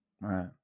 Right